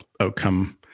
outcome